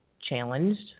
challenged